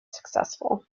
successful